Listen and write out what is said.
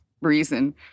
reason